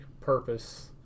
purpose